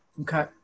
Okay